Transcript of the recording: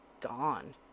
gone